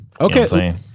Okay